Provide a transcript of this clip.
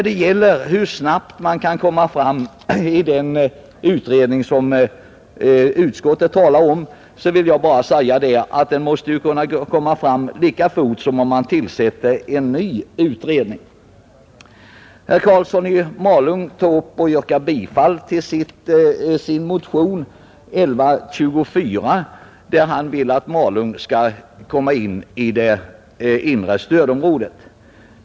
Vad gäller frågan hur snabbt man kan nå resultat i den utredningen vill jag bara säga att den utredningen väl under alla förhållanden kan presentera sina förslag lika fort som om man tillsätter en ny utredning. Sedan yrkade herr Karlsson i Malung bifall till sin motion 1124, i vilken han har hemställt att Malung skall inräknas i det inre stödområdet.